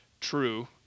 true